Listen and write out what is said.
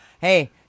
Hey